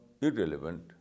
irrelevant